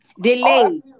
Delay